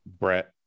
Brett